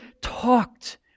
talked